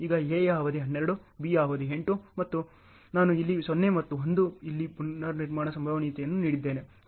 ಈಗ A ಯ ಅವಧಿ 12 B ಯ ಅವಧಿ 8 ಮತ್ತು ನಾನು ಇಲ್ಲಿ 1 ಮತ್ತು 0 ಇಲ್ಲಿ ಪುನರ್ನಿರ್ಮಾಣ ಸಂಭವನೀಯತೆಯನ್ನು ನೀಡಿದ್ದೇನೆ